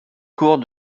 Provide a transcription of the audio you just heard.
cours